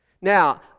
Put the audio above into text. Now